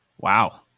Wow